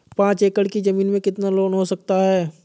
पाँच एकड़ की ज़मीन में कितना लोन हो सकता है?